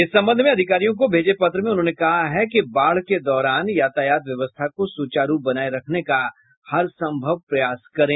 इस संबंध में अधिकारियों को भेजे पत्र में उन्होंने कहा है कि बाढ़ के दौरान यातायात व्यवस्था को सुचारू बनाये रखने का हर संभव प्रयास करें